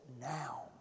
now